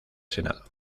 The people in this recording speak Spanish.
senado